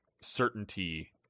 certainty